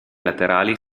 laterali